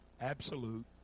absolute